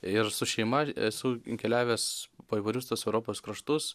ir su šeima esu keliavęs po įvairius tuos europos kraštus